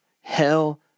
hell